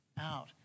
out